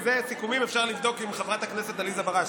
סיכומים אפשר לבדוק עם חברת הכנסת עליזה בראשי.